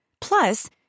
Plus